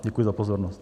Děkuji za pozornost.